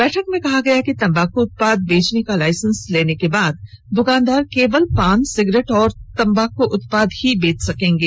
बैठक में कहा गया कि तम्बाक उत्पाद बेचने का लाइसेंस लेने के बाद दुकानदार केवल पान सिगरेट और तम्बाकू उत्पाद ही बेच सकेंगे